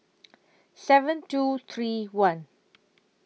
seven two three one